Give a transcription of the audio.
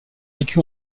vécu